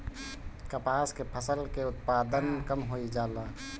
कपास के फसल के उत्पादन कम होइ जाला?